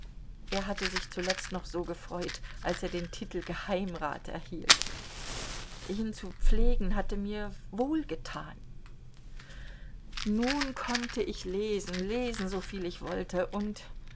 er hatte sich zuletzt noch so gefreut als er den titel geheimrat erhielt ihn zu pflegen hatte mir wohlgetan nun konnte ich lesen lesen so viel ich wollte und